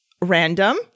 random